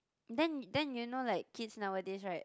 then then you know like kids nowadays right